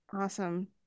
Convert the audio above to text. Awesome